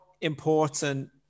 important